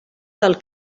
del